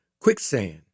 quicksand